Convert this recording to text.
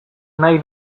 nahi